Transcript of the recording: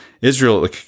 Israel